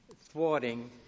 thwarting